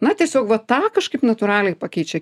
na tiesiog va tą kažkaip natūraliai pakeičia